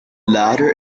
latter